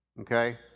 okay